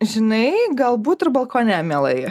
žinai galbūt ir balkone mielai